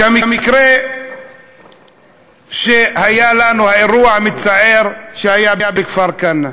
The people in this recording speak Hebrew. את המקרה שהיה לנו, האירוע המצער שהיה בכפר-כנא,